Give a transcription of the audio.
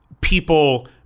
people